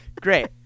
Great